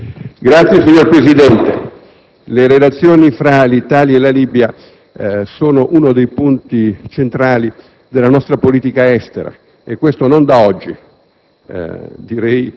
*(UDC)*. Signor Presidente, le relazioni tra l'Italia e la Libia sono uno dei punti centrali della nostra politica estera e non da oggi,